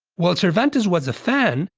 while cervantes was a fan,